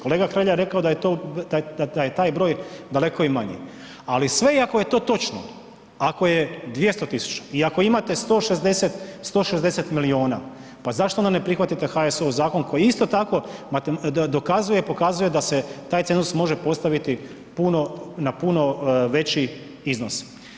Kolega Hrelja je rekao da je taj broj daleko i manji, ali sve i ako je to točno, ako je 200 000 i ako imate 160 milijuna, pa zašto onda ne prihvatite HSU-ov zakon koji isto tako dokazuje, pokazuje da se taj cenzus može postaviti na puno veći iznos?